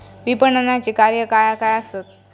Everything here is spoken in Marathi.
विपणनाची कार्या काय काय आसत?